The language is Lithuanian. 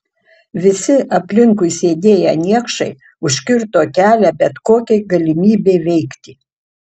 visi aplinkui sėdėję niekšai užkirto kelią bet kokiai galimybei veikti